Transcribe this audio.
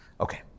Okay